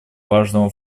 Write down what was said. важного